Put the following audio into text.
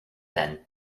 then